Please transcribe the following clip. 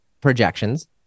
projections